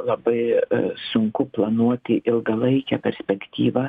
labai sunku planuoti ilgalaikę perspektyvą